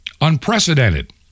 unprecedented